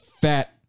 fat